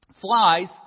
Flies